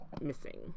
missing